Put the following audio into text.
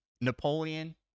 napoleon